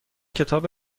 کتاب